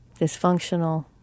dysfunctional